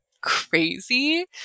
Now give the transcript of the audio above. crazy